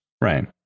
Right